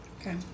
Okay